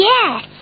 Yes